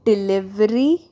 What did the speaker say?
delivery